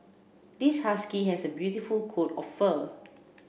this husky has a beautiful coat of fur